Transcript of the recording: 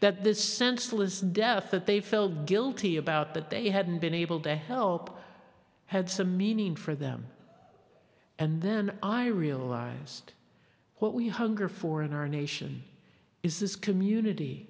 that this senseless death that they felt guilty about that they hadn't been able to help had some meaning for them and then i realized what we hunger for in our nation is this community